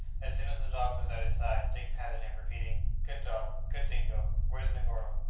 as soon as the dog was at his side, dick patted him, repeating good dog! good dingo! where's negoro?